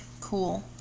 cool